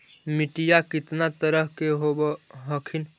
मिट्टीया कितना तरह के होब हखिन?